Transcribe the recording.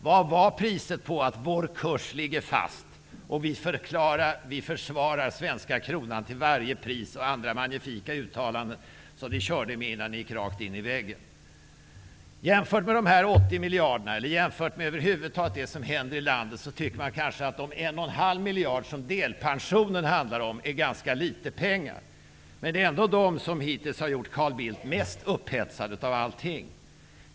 Vad var priset för uttalanden som ''vår kurs ligger fast'', ''vi försvarar svenska kronan till varje pris'' och andra magnifika uttalanden som ni körde med innan ni gick rakt in i väggen? Jämfört med de 80 miljarderna, eller med det som över huvud taget händer i landet, tycker man kanske att de 1,5 miljarderna för delpensionen är ganska litet pengar, men det är ändå de som har gjort Carl Bildt mest upphetsad.